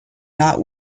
not